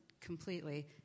completely